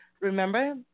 Remember